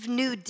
new